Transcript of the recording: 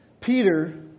Peter